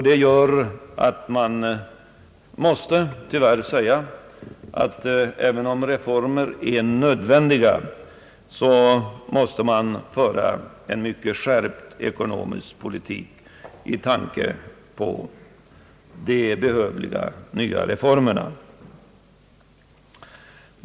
Det gör att man tyvärr måste säga att även om reformer är nödvändiga, så måste det föras en mycket skärpt ekonomisk politik med tanke på de behövliga nya reformerna.